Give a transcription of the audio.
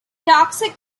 toxic